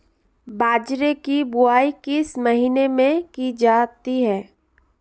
बाजरे की बुवाई किस महीने में की जाती है?